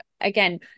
again